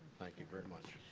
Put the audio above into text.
thank you very much.